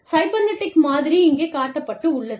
cybernetic மாதிரி இங்கே காட்டப்பட்டுள்ளது